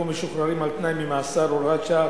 ומשוחררים על-תנאי ממאסר (הוראת שעה),